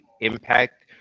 impact